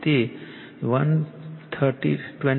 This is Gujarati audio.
જે 123